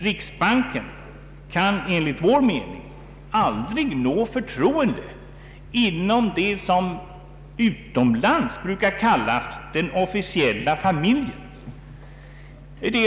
Riksbanken kan enligt vår mening aldrig nå förtroende inom vad som utomlands brukar kallas den officiella familjen.